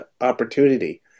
opportunity